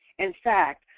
in fact,